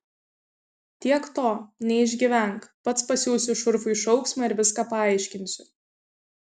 tiek to neišgyvenk pats pasiųsiu šurfui šauksmą ir viską paaiškinsiu